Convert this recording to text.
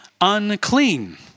unclean